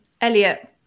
Elliot